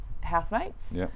housemates